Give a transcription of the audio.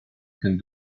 can